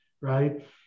right